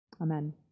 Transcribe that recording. Amen